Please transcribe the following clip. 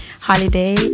holiday